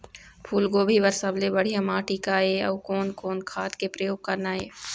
फूलगोभी बर सबले बढ़िया माटी का ये? अउ कोन कोन खाद के प्रयोग करना ये?